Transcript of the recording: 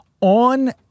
on